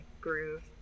groove